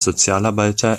sozialarbeiter